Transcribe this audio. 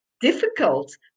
difficult